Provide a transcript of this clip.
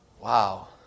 Wow